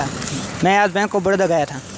मैं आज bank of Baroda गया था